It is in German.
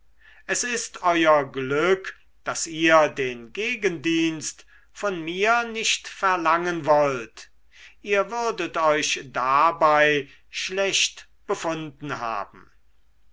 es ist euer glück daß ihr den gegendienst von mir nicht verlangen wollt ihr würdet euch dabei schlecht befunden haben